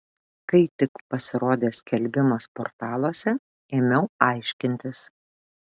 kai tik pasirodė skelbimas portaluose ėmiau aiškintis